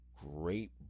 great